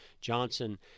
Johnson